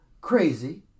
crazy